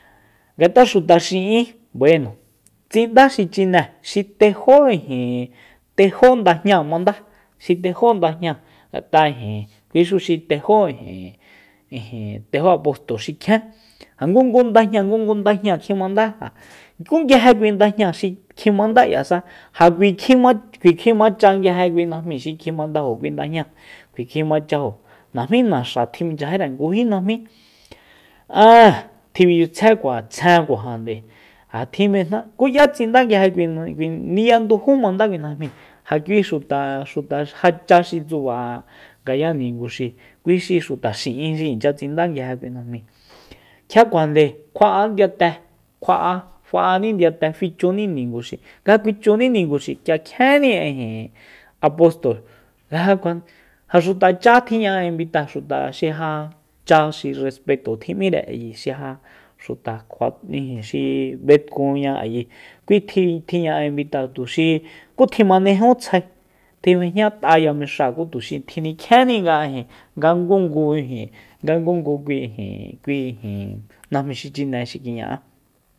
Ngat'a xuta xi'in bueno tsinda xi chine xi tejó ijin tejó ndajñáa mandá xi tejó ndajñáa ijin kuixu xi tejó ijin tejó apóstol xi kjien ja ngungu ndajñáa ngungu ndajñáa kjinmandá ku nguije ndjña xi kjimanda k'ia sa ja k'ui kjima k'ui kjimacha nguije kui njmíi xi kjimandajo kui ndanjñáa k'ui kjimachajo najmí naxa tjiminchyajire nguji najmi aa tjiminchyitsjaekua tsjenkuajande ja tjin mejna ku ya tsinda nguije kuinakui ni'ya ndujú jmamanda kui najmíi ja kui xuta. xuta já cha xi tsuba ngaya ninguxi kui xi xuta xi'in xi inchya tsinda nguije kui najmi kjia kuajande kjua¿á ndiyate kjua'a fa'aní ndiyate fichunininguxi nga kjuichuni ninguxi k'ia kjienni apostol ja xuta chá tjiña'a invita xuta xi ja cha xi respeto tjinm'íre xi ja xuta kjua ijin xi betkunña ayi kui tji- tji ña'a invitáa tuxi ku tjimanejun tsjae tjib'ejñat'ayamexáa ku tuxi tjinikjiénni nga ijin nga ngungu ijin nga ngungu kui ijin kui ijin najmi xi chine xi kiña'á